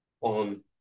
on